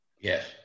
Yes